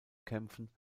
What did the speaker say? kämpfen